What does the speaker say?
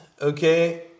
okay